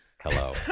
hello